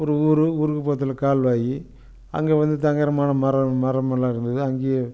ஒரு ஒரு ஊருக்கு பக்கத்தில் கால்வாய் அங்க வந்து தங்குகிறமான மரம் மரமெல்லாம் இருந்தது அங்கேயே